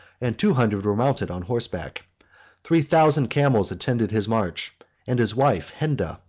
and two hundred were mounted on horseback three thousand camels attended his march and his wife henda,